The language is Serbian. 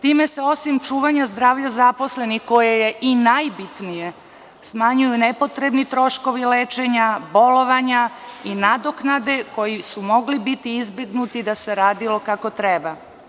Time se osim čuvanja zdravlja zaposlenih, koje je i najbitnije, smanjuju nepotrebni troškovi lečenja, bolovanja i nadoknade, koji su mogli biti izbegnuti da se radilo kako treba.